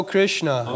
Krishna